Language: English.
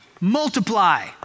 Multiply